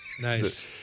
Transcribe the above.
Nice